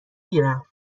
گیرم